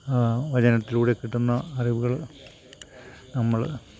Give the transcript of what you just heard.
ആ വചനത്തിലൂടെ കിട്ടുന്ന അറിവുകൾ നമ്മള്